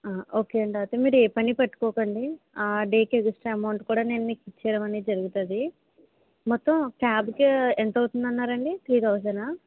okay అండి అవుతే మీరు ఏ పని పెట్టుకోకండి డేకి ఇచ్చే అమౌంట్ కూడా నేను మీకు ఇచ్చేయడం జరుగుతుంది మొత్తం క్యాబ్కు ఎంత అవుతుంది అన్నారండి త్రీ థౌజండా